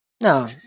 No